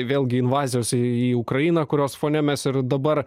vėlgi invazijos į ukrainą kurios fone mes ir dabar